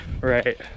right